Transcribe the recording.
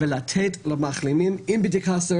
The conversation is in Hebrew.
כמובן שעבדנו בשיתוף פעולה מלא עם משרד הבריאות,